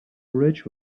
bridge